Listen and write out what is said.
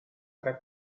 tre